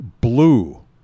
blue